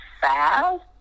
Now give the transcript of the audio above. fast